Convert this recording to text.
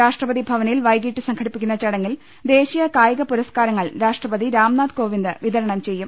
രാഷ്ട്രപതിഭ വനിൽ വൈകിട്ട് സംഘടിപ്പിക്കുന്ന ചടങ്ങിൽ ദേശീയ കായിക പുരസ്കാരങ്ങൾ രാഷ്ട്ര പതി രാംനാഥ് കോവിന്ദ് വിതരണം ചെയ്യും